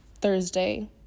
Thursday